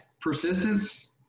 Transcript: persistence